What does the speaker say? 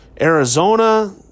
Arizona